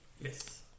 Yes